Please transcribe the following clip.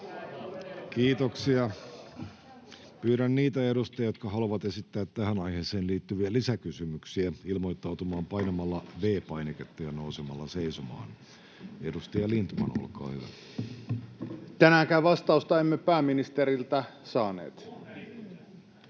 Kiitoksia. — Pyydän niitä edustajia, jotka haluavat esittää tähän aiheeseen liittyviä lisäkysymyksiä, ilmoittautumaan painamalla V-painiketta ja nousemalla seisomaan. — Edustaja Lindtman, olkaa hyvä. [Speech 7] Speaker: Antti